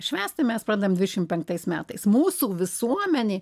švęsti mes pradedam dvidešim penktais metais mūsų visuomenėj